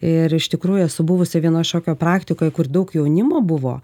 ir iš tikrųjų esu buvusi vienoj šokio praktikoj kur daug jaunimo buvo